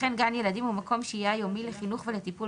וכן גן ילדים או מקום שהיה יומי לחינוך ולטיפול